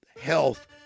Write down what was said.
health